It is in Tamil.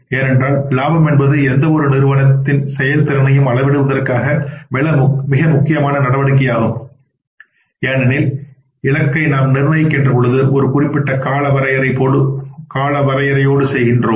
ஏனென்றால் லாபம் என்பது எந்தவொரு நிறுவனத்தின் செயல்திறனையும் அளவிடுவதற்கான மிக முக்கியமான நடவடிக்கையாகும் ஏனெனில் இலக்கை நாம் நிர்ணயிக்கின்ற பொழுது ஒரு குறிப்பிட்ட கால வரையறை யோடு செய்கின்றோம்